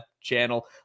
channel